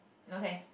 no thanks